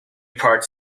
parts